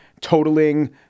totaling